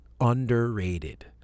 Underrated